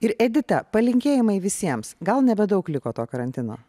ir edita palinkėjimai visiems gal nebedaug liko to karantino